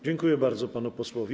Dziękuję bardzo panu posłowi.